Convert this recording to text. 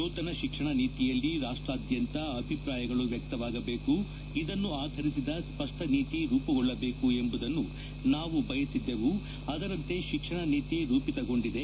ನೂತನ ಶಿಕ್ಷಣ ನೀತಿಯಲ್ಲಿ ರಾಷ್ಟ್ರಾದ್ಯಂತ ಅಭಿಪ್ರಾಯಗಳು ವ್ಯಕ್ತವಾಗಬೇಕು ಇದನ್ನು ಆಧರಿಸಿದ ಸ್ಪಷ್ಟ ನೀತಿ ರೂಪುಗೊಳ್ಳಬೇಕು ಎಂಬುದನ್ನು ನಾವು ಬಯಸಿದ್ದೆವು ಅದರಂತೆ ಶಿಕ್ಷಣ ನೀತಿ ರೂಪಿತಗೊಂಡಿದೆ